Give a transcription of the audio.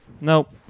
Nope